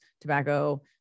tobacco